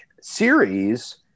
series